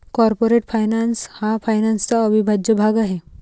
corporate finance हा फायनान्सचा अविभाज्य भाग आहे